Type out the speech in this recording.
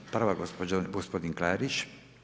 Prva gospodin Klarić.